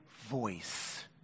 voice